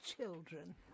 children